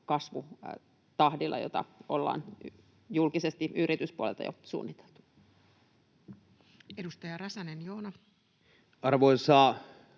kasvutahdilla, jota ollaan julkisesti yrityspuolelta jo suunniteltu. Edustaja Räsänen, Joona. Arvoisa